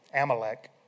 Amalek